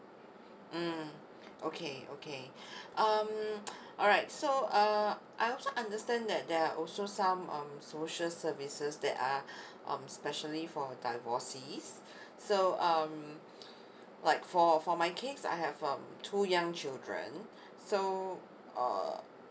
mm okay okay um alright so err I also understand that there are also some um social services that are um specially for divorcees so um like for for my case I have um two young children so err